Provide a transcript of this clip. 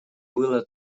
было